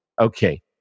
Okay